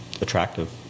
attractive